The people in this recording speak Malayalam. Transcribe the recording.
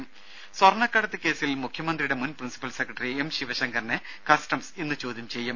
രമേ സ്വർണക്കടത്തുകേസിൽ മുഖ്യമന്ത്രിയുടെ മുൻ പ്രിൻസിപ്പൽ സെക്രട്ടറി എം ശിവശങ്കറിനെ കസ്റ്റംസ് ഇന്ന് ചോദ്യം ചെയ്യും